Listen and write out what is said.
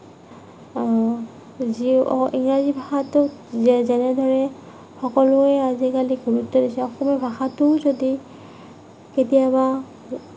ইংৰাজী ভাষাটোক যেনেদৰে সকলোৱে আজিকালি গুৰুত্ব দিছে অসমীয়া ভাষাটোও যদি কেতিয়াবা